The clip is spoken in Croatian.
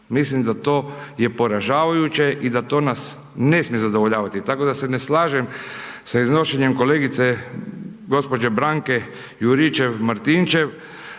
Mislim da to je poražavajuće i da to nas ne smije zadovoljavati. Tako da se ne slažem sa iznošenjem kolegice gđe. Brnke Juričev Martinečv